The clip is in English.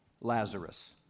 Lazarus